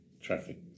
traffic